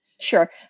Sure